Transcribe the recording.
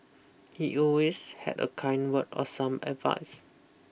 he always had a kind word or some advice